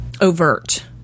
overt